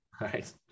right